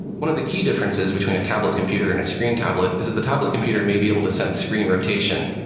one of the key differences between a tablet computer and a screen tablet is that the tablet computer may be able to sense screen rotation,